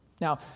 Now